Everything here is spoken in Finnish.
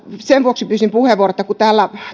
sen vuoksi pyysin puheenvuoron että kun täällä